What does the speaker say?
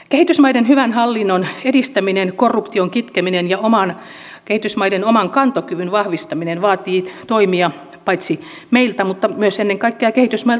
kehitysmaiden hyvän hallinnon edistäminen korruption kitkeminen ja kehitysmaiden oman kantokyvyn vahvistaminen vaativat toimia paitsi meiltä myös ennen kaikkea kehitysmailta itseltään